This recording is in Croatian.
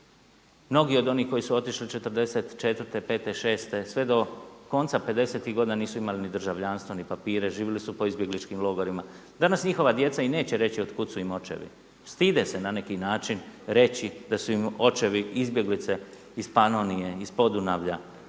Mnogi od onih koji su otišli '44., '45., '.46. sve do konca '50.-tih godina nisu imali ni državljanstvo ni papire, živjeli su po izbjegličkim logorima. Danas njihova djeca i neće reći otkuda su im očevi, stide se na neki način da su im očevi izbjeglice iz Panonije, iz Podunavlja,